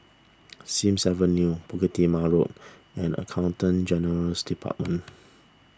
Sims Avenue Bukit Timah Road and Accountant General's Department